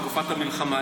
בתקופת המלחמה,